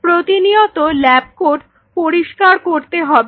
প্রতিনিয়ত lab coat পরিষ্কার করতে হবে